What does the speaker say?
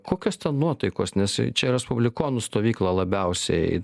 kokios nuotaikos nes čia respublikonų stovyklą labiausiai